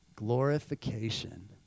Glorification